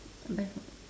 I buy from